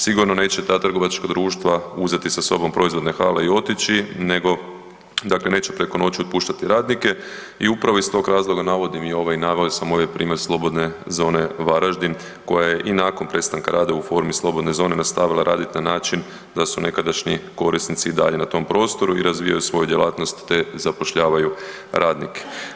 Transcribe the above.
Sigurno neće ta trgovačka društva uzeti sa sobom proizvodne hale i otići nego neće preko noći otpuštati radnike u upravo iz tog razloga navodim i naveo sam ovaj primjer Slobodne zone Varaždin koja je i nakon prestanka rada u formi slobodne zone nastavila raditi na način da su nekadašnji korisnici i dalje na tom prostoru i razvijaju svoju djelatnost te zapošljavaju radnike.